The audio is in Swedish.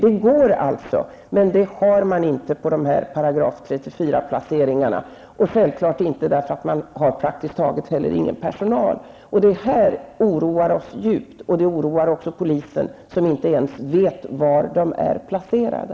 Det går alltså, men det har inte införts på § 34-hemmen, självfallet därför att det praktiskt taget inte finns någon personal. Det här oroar oss djupt, och det oroar också polisen, som inte ens vet var de är placerade.